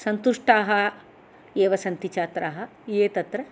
सन्तुष्टाः एव सन्ति छात्राः ये तत्र